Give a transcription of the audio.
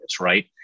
Right